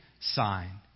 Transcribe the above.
sign